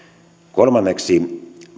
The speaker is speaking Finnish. kolmanneksi